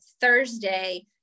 Thursday